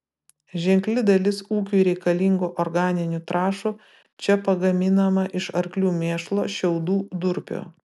ženkli dalis ūkiui reikalingų organinių trąšų čia pagaminama iš arklių mėšlo šiaudų durpių